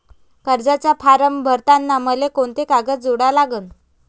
कर्जाचा फारम भरताना मले कोंते कागद जोडा लागन?